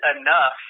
enough